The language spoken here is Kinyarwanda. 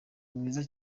mwiza